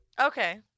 Okay